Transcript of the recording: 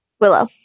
Willow